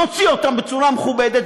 נוציא אותם בצורה מכובדת,